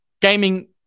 gaming